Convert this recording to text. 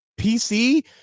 PC